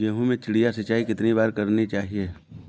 गेहूँ में चिड़िया सिंचाई कितनी बार करनी चाहिए?